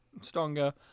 Stronger